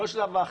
לא שלב האכיפה.